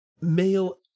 male